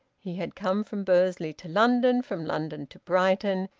he had come from bursley to london, from london to brighton,